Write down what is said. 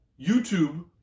YouTube